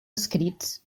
escrits